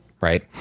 Right